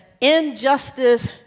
injustice